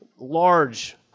large